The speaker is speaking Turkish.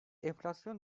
enflasyon